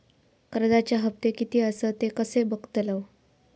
कर्जच्या हप्ते किती आसत ते कसे बगतलव?